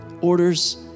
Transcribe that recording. orders